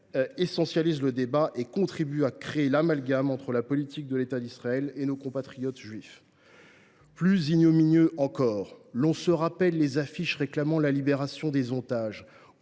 et essentialise le débat, ce qui contribue à renforcer l’amalgame entre la politique de l’État d’Israël et nos compatriotes juifs. Plus ignominieux encore : les affiches réclamant la libération des otages,